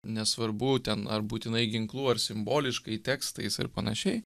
nesvarbu ten ar būtinai ginklu ar simboliškai tekstais ar panašiai